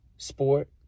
sport